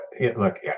look